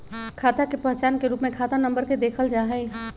खाता के पहचान के रूप में खाता नम्बर के देखल जा हई